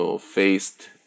faced